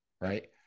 Right